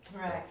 Right